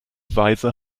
weise